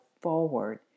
forward